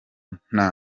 nta